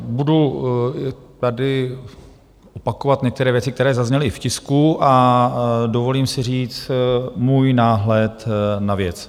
Budu tady opakovat některé věci, které zazněly i v tisku, a dovolím si říct můj náhled na věc.